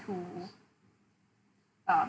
to uh